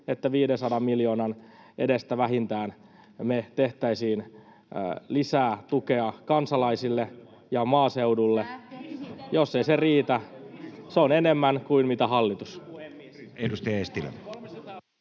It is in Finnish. että 500 miljoonan edestä vähintään me tehtäisiin lisää tukea kansalaisille ja maaseudulle. Jos ei se riitä, niin se on kuitenkin enemmän kuin mitä hallitus